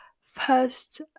first